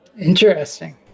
Interesting